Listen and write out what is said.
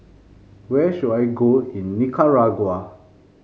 where should I go in Nicaragua